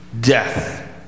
death